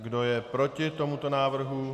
Kdo je proti tomuto návrhu?